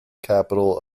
capital